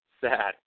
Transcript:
Sad